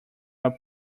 our